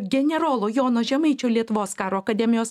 generolo jono žemaičio lietuvos karo akademijos